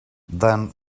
then